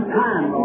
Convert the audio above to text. time